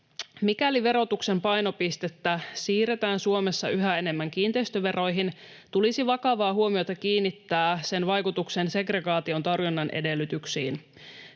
Mikäli verotuksen painopistettä siirretään Suomessa yhä enemmän kiinteistöveroihin, tulisi vakavaa huomiota kiinnittää sen vaikutuksen segregaation torjunnan edellytyksiin.